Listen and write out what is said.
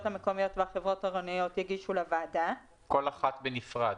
המקומיות והחברות העירוניות יגישו לוועדה --- כל אחת בנפרד,